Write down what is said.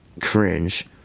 cringe